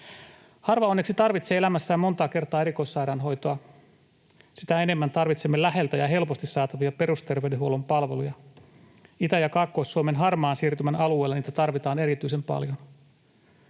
Harva onneksi tarvitsee elämässään montaa kertaa erikoissairaanhoitoa. Sitä enemmän tarvitsemme läheltä ja helposti saatavia perusterveydenhuollon palveluja. Itä- ja Kaakkois-Suomen harmaan siirtymän alueella niitä tarvitaan erityisen paljon.